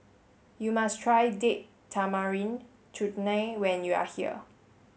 you must try Date Tamarind Chutney when you are here